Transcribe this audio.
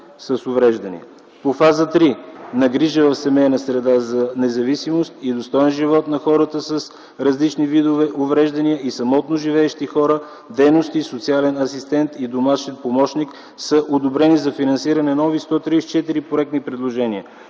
По фаза 3 – на грижа в семейна среда за независимост и достоен живот на хората с различни видове увреждания и самотно живеещи хора, дейности „Социален асистент” и „Домашен помощник” са одобрени за финансиране нови 134 проектни предложения,